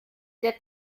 der